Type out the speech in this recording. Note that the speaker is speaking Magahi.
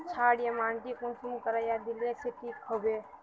क्षारीय माटी कुंसम करे या दिले से ठीक हैबे?